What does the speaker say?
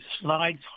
slides